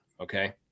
okay